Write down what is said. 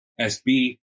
sb